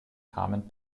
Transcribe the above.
kamen